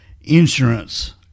insurance